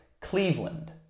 Cleveland